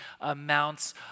amounts